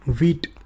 wheat